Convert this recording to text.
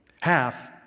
Half